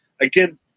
Again